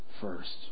first